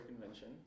Convention